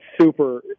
super